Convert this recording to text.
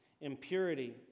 impurity